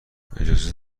اجازه